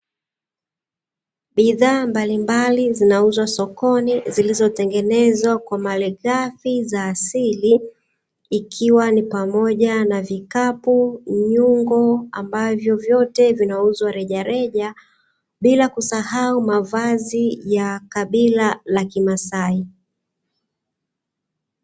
Bidhaa mbalimbali zinauzwa sokoni zilizotengenezwa kwa malighafi za asili ikiwa ni pamoja na vikapu, nyungo; ambavyo vyote vinauzwa rejareja bila kusahau mavazi ya kabila la kimasai.